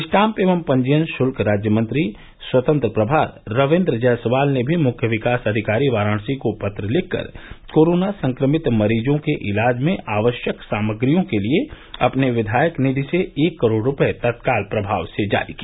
stamp एवं पंजियन शुल्क राज्यमंत्री स्वतंत्र प्रभार रवीन्द्र जायसवाल ने भी मुख्य विकास अधिकारी वाराणसी को पत्र लिखकर कोरोना संक्रमित मरीजों के इलाज में आवश्यक सामाग्रियों के लिये अपने विधायक निधि से एक करोड़ रूपये तत्काल प्रभाव से जारी किया